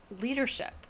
leadership